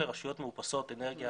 לרשויות מאופסות אנרגיה